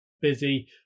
Busy